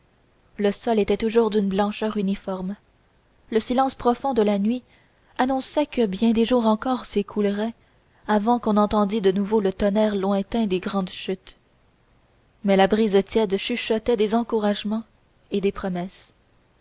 le sol était toujours d'une blancheur uniforme le silence profond de la nuit annonçait que bien des jours encore s'écouleraient avant qu'on entendît de nouveau le tonnerre lointain des grandes chutes mais la brise tiède chuchotait des encouragements et des promesses